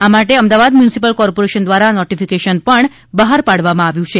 આ માટે Ahmedabad municipal corporation દ્રારા નોટીફિકેશન બહાર પાડવામાં આવ્યું છે